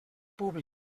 públic